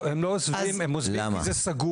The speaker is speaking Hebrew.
לא, הם לא עוזבים, הם עוזבים כי זה סגור.